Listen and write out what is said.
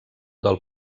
del